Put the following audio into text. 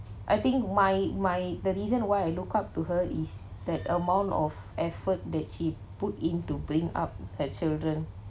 I think my my the reason why I looked up to her is that amount of effort that she put into bring up her children